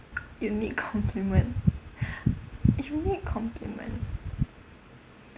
unique complement unique compliment